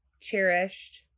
cherished